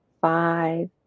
five